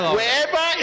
wherever